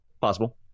Possible